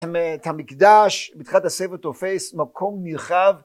את המקדש בתחילת הספר תופס מקום נרחב